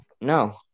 No